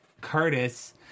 Curtis